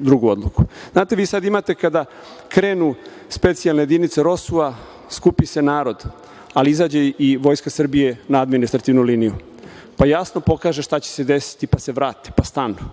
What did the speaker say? drugu odluku. Znate, vi sada imate, kada krenu specijalne jedinice ROSU, skupi se narod, ali zađe i Vojska Srbije na administrativnu liniju, pa jasno pokaže šta će se desi, pa se vrate, pa stanu,